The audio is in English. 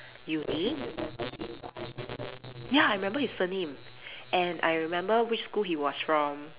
unique ya I remember his surname and I remember which school he was from